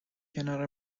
کنار